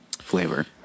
flavor